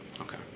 Okay